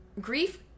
grief